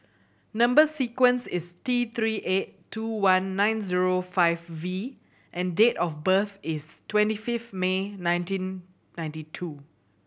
number sequence is T Three eight two one nine zero five V and date of birth is twenty fifth May nineteen ninety two